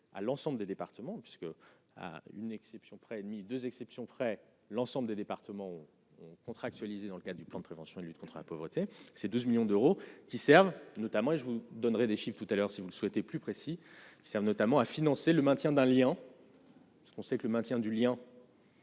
à l'ensemble des départements puisque, à une exception près et demi, 2 exceptions près, l'ensemble des départements on contractualisé dans le cas du plan de prévention et de lutte contre la pauvreté, ces 2 millions d'euros qui Servent notamment, et je vous donnerai des chiffre tout à l'heure si vous le souhaitez, plus précis, sert notamment à financer le maintien d'un lien. Ce qu'on sait que le maintien du lien.